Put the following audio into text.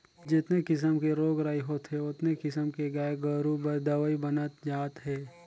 जेतने किसम के रोग राई होथे ओतने किसम के गाय गोरु बर दवई बनत जात हे